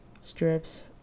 strips